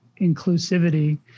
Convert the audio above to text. inclusivity